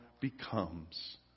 becomes